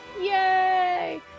Yay